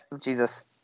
Jesus